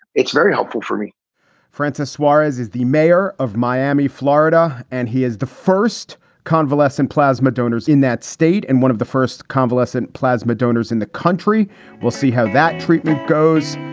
it's very helpful for me francis suarez is the mayor of miami, florida. and he is the first convalescent plasma donors in that state and one of the first convalescent plasma donors in the country we'll see how that treatment goes.